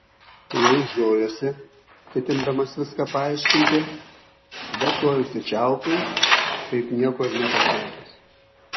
jau žiojuosi ketindamas viską paaiškinti bet tuoj užsičiaupiu taip nieko ir nepasakęs